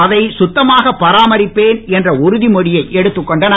அதை சுத்தமாக பராமரிப்பேன் என்ற உறுதி மொழியை எடுத்துக் கொண்டனர்